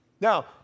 Now